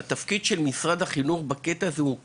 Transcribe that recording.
התפקיד של משרד החינוך הזה בקטע הזה הוא קריטי,